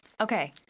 Okay